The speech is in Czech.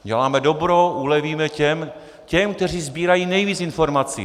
Děláme dobro, ulevíme těm, kteří sbírají nejvíc informací.